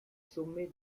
sommets